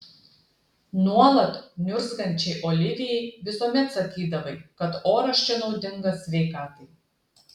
nuolat niurzgančiai olivijai visuomet sakydavai kad oras čia naudingas sveikatai